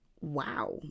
Wow